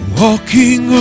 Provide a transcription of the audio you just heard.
walking